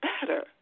better